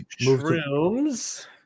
Shrooms